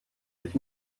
sich